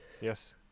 Yes